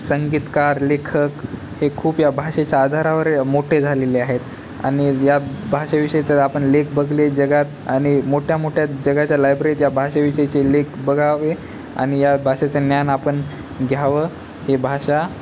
संगीतकार लेखक हे खूप या भाषेच्या आधारावर मोठे झालेले आहेत आणि या भाषेविषयी तर आपण लेख बघले जगात आणि मोठ्यामध्ये मोठ्या जगाच्या लायब्ररी या भाषेविषयीचे लेख बघावे आणि या भाषेचं ज्ञान आपण घ्यावं हे भाषा